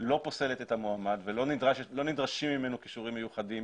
לא פוסלת את המועמד ולא נדרשים ממנו כישורים מיוחדים